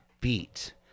beat